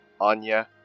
Anya